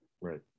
Right